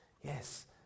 yes